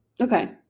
Okay